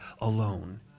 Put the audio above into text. alone